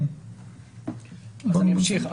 אני ממשיך.